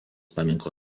paminklų